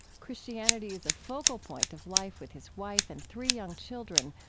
christianity is a focal point of life with his wife and three young children,